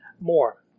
more